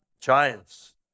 giants